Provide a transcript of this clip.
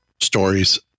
stories